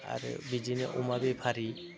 आरो बिदिनो अमा बेफारि